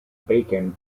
bacon